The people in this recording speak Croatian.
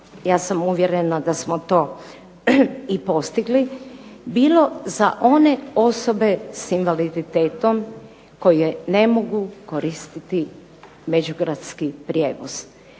ja sam uvjerena da smo to i postigli, bilo za one osobe s invaliditetom koje ne mogu koristiti međugradski prijevoz,